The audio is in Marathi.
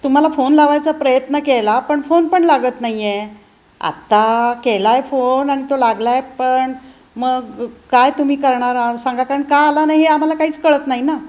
तुम्हाला फोन लावायचा प्रयत्न केला पण फोन पण लागत नाही आहे आता केला आहे फोन आणि तो लागला आहे पण मग काय तुम्ही करणार आ सांगा कारण का आला नाही आम्हाला काहीच कळत नाही ना